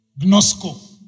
Gnosco